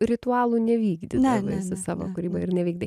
ritualų nevykdydavai savo kūryboj ir nevykdai